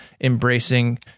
embracing